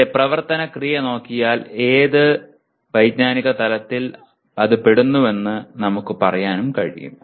അതിന്റെ പ്രവർത്തന ക്രിയ നോക്കിയാൽ അത് ഏത് വൈജ്ഞാനിക തലത്തിൽ പെടുന്നുവെന്ന് നമുക്ക് പറയാൻ കഴിയും